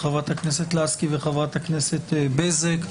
חברת הכנסת לסקי וחברת הכנסת בזק.